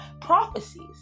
prophecies